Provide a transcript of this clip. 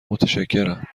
متشکرم